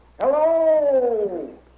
Hello